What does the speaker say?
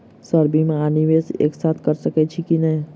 Sir बीमा आ निवेश एक साथ करऽ सकै छी की न ई?